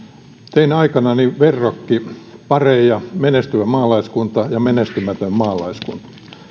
tein aikanani verrokkipareja menestyvä maalaiskunta ja menestymätön maalaiskunta